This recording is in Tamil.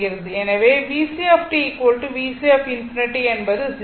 எனவே VCt VC ∞ என்பது 0